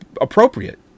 appropriate